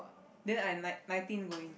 then I nine nineteen going